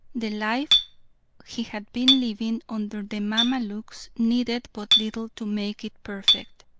the life he had been living under the mamaluks needed but little to make it perfect.